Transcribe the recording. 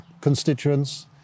constituents